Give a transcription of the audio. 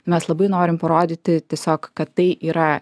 mes labai norim parodyti tiesiog kad tai yra